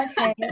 Okay